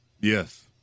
Yes